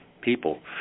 people